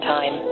Time